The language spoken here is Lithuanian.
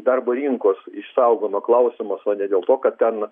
darbo rinkos išsaugojimo klausimus o dėl to kad ten